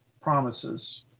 promises